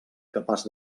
capaç